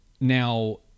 Now